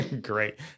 Great